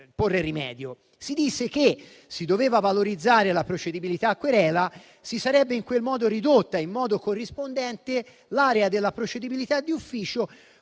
Si disse che si doveva valorizzare la procedibilità a querela e che si sarebbe in quel modo ridotta in modo corrispondente l'area della procedibilità d'ufficio,